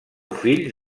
fills